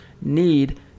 need